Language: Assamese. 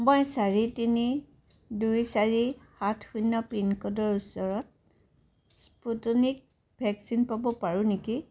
মই চাৰি তিনি দুই চাৰি সাত শূন্য পিনক'ডৰ ওচৰত স্পুটনিক ভেকচিন পাব পাৰোঁ নেকি